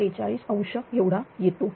43° एवढा येतो